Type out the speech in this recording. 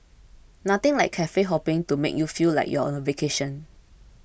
nothing like cafe hopping to make you feel like you're on a vacation